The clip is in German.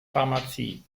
pharmazie